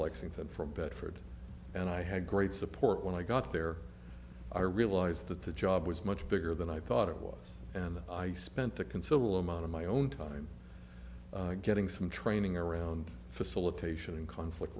lexington from bedford and i had great support when i got there i realized that the job was much bigger than i thought it was and i spent a considerable amount of my own time getting some training around facilitation and conflict